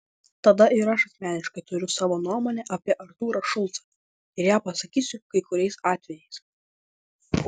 tada ir aš asmeniškai turiu savo nuomonę apie artūrą šulcą ir ją pasakysiu kai kuriais atvejais